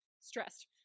stressed